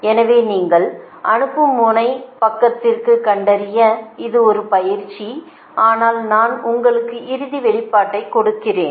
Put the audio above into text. எனவே நீங்கள் அனுப்பும் முனைப் பக்கத்தைக் கண்டறிய இது ஒரு பயிற்சி ஆனால் நான் உங்களுக்கு இறுதி வெளிப்பாட்டைக் கொடுக்கிறேன்